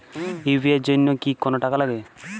UPI এর জন্য কি কোনো টাকা লাগে?